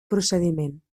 procediment